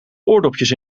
oordopjes